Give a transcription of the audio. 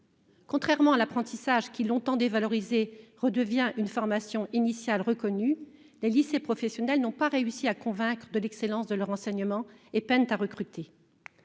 Contrairement à l'apprentissage, qui, longtemps dévalorisé, redevient une formation initiale reconnue, les lycées professionnels n'ont pas réussi à convaincre de l'excellence de leur enseignement et peinent à recruter.